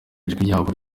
ryabo